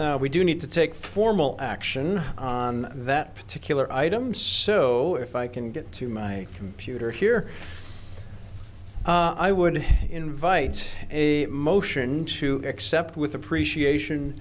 now we do need to take formal action on that particular item so if i can get to my computer here i would invite a motion to accept with appreciation